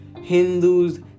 hindus